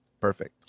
perfect